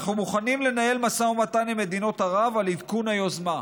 אנחנו מוכנים לנהל משא ומתן עם מדינות ערב על עדכון היוזמה".